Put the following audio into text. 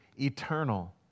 eternal